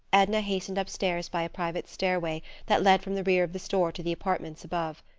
edna hastened upstairs by a private stairway that led from the rear of the store to the apartments above.